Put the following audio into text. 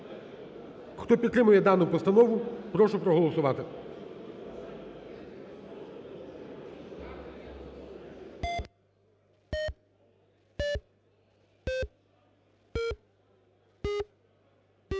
Хто підтримує дану постанову, прошу проголосувати.